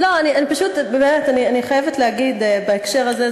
אני פשוט חייבת להגיד בהקשר הזה,